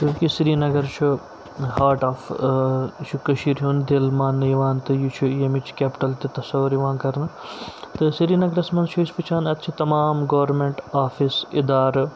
چوںکہِ سرینَگر چھُ heart of یہِ چھُ کٔشیٖرِ ہُنٛد دِل ماننہٕ یِوان تہٕ یہِ چھُ ییٚمِچ کیٚپِٹَل تہِ تصوُر یِوان کَرنہٕ تہٕ سرینَگرَس منٛز چھِ أسۍ وٕچھان اَتہِ چھِ تَمام گورمٮ۪نٹ آفِس اِدارٕ